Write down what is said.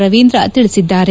ರವೀಂದ್ರ ತಿಳಿಸಿದ್ದಾರೆ